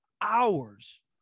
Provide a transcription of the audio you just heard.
hours